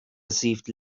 received